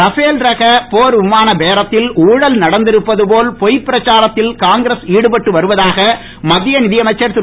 Rafale ரக போர் விமான பேரத்தில் ஊழல் நடந்திருப்பது போல் பொய் பிரச்சாரத்தில் காங்கிரஸ் ஈடுபட்டு வருவதாக மத்திய நீதியமைச்சர் திரு